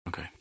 Okay